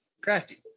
crafty